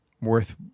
worth